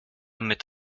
mit